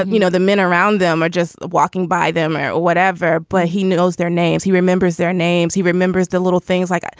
you know, the men around them are just walking by them or or whatever. but he knows their names, he remembers their names. he remembers the little things like,